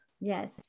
Yes